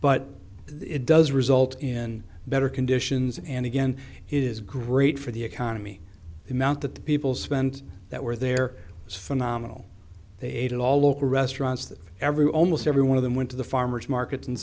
but it does result in better conditions and again is great for the economy the amount that the people spent that where there is phenomenal they ate it all local restaurants that every almost every one of them went to the farmers markets in